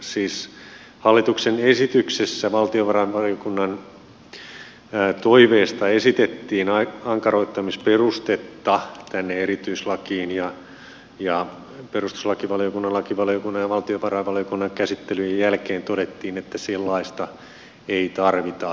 siis hallituksen esityksessä valtiovarainvaliokunnan toiveesta esitettiin ankaroittamisperustetta tänne erityislakiin ja perustuslakivaliokunnan lakivaliokunnan ja valtiovarainvaliokunnan käsittelyjen jälkeen todettiin että sellaista ei tarvita